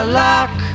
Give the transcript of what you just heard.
lock